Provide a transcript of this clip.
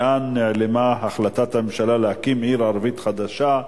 לאן נעלמה החלטת הממשלה להקים עיר ערבית חדשה?